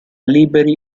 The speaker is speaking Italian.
liberi